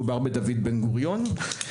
מדובר בדוד בן גוריון.